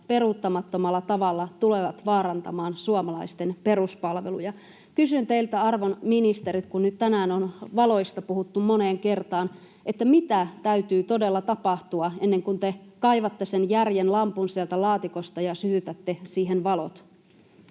peruuttamattomalla tavalla tulevat vaarantamaan suomalaisten peruspalveluja. Kysyn teiltä, arvon ministerit, kun nyt tänään on valoista puhuttu moneen kertaan: mitä täytyy todella tapahtua, ennen kuin te kaivatte sen järjen lampun sieltä laatikosta ja sytytätte siihen valot?